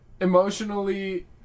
emotionally